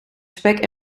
spek